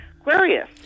Aquarius